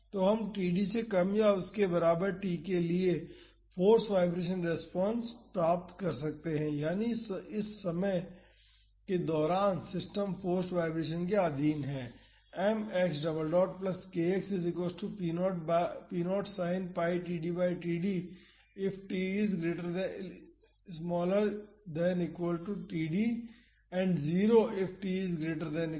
तो हम td से कम या उसके बराबर t के लिए फाॅर्स वाईब्रेशन रेस्पॉन्स पा सकते हैं यानी इस समय के दौरान सिस्टम फोर्स्ड वाईब्रेशन के अधीन है